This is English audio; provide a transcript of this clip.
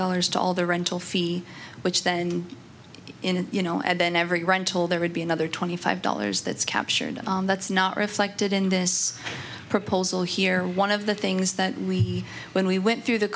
dollars to all the rental fee which then in you know and then every rental there would be another twenty five dollars that's captured that's not reflected in this proposal here one of the things that we when we went through the